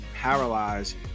paralyzed